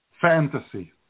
Fantasy